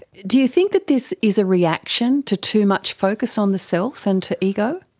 do you think that this is a reaction to too much focus on the self and to ego?